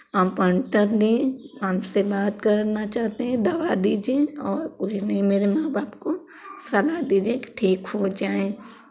appointer लें हमसे बात करना चाहते हैं दवा दीजिए और कुछ नहीं मेरे माँ बाप को सलाह दीजिए कि ठीक हो जाएँ